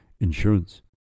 insurance